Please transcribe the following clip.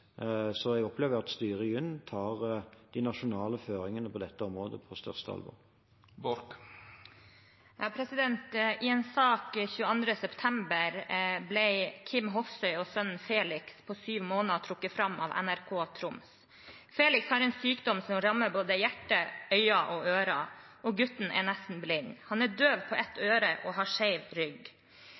Så jeg opplever at styret ved UNN tar de nasjonale føringene på dette området på største alvor. I en sak den 22. september ble Kim Hofsøy og sønnen Felix på syv måneder trukket fram av NRK Troms. Felix har en sykdom som rammer både hjertet, øyne og ører. Gutten er nesten blind, han er døv på ett øre og har skjev rygg.